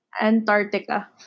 antarctica